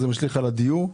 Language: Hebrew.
משליך על הדיור.